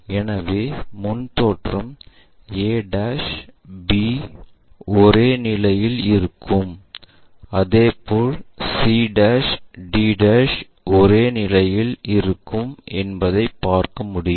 எனவே முன் தோற்றத்தில் a b ஒரே நிலையில் இருக்கும் அதேபோல் cd ஒரே நிலையில் இருக்கும் என்பதை பார்க்க முடியும்